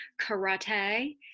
karate